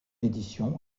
édition